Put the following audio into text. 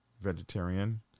vegetarian